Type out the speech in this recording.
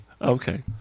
Okay